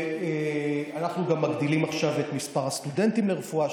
אנחנו גם מגדילים עכשיו את מספר הסטודנטים לרפואה,